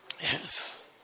Yes